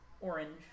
orange